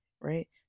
right